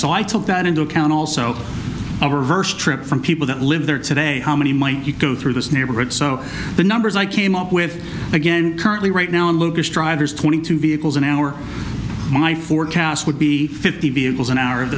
so i took that into account also a reverse trip from people that live there today how many might go through this neighborhood so the numbers i came up with again currently right now in lucas drivers twenty two vehicles an hour my forecast would be fifty vehicles an hour